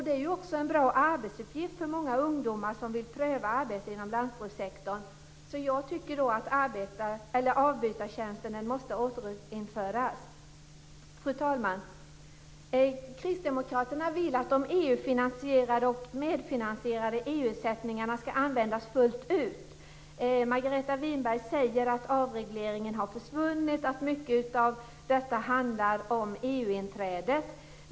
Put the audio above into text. Det är också en bra arbetsuppgift för många ungdomar som vill pröva arbete inom lantbrukssektorn. Jag menar därför att avbytartjänsten måste återinföras. Fru talman! Kristdemokraterna vill att de EU finansierade och medfinansierade EU-satsningarna skall utnyttjas fullt ut. Margareta Winberg säger att avregleringen har upphört och att mycket här handlar om EU-inträdet.